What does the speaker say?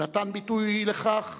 הוא נתן ביטוי לכך